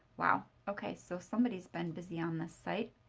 wow, okay, so somebody has been busy on this site.